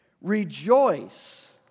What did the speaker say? Rejoice